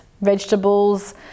vegetables